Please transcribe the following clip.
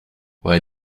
why